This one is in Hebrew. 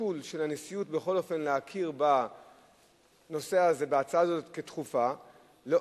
השיקול של הנשיאות להכיר בהצעה הזאת כדחופה היה